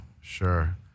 sure